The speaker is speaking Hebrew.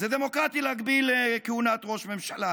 דמוקרטי להגביל כהונת ראש ממשלה